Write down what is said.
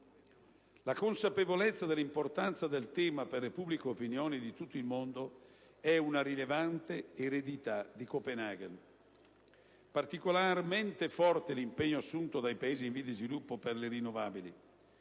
La consapevolezza dell'importanza del tema per le pubbliche opinioni di tutto il mondo è una rilevante eredità di Copenaghen. Particolarmente forte l'impegno assunto dai Paesi in via di sviluppo per le rinnovabili.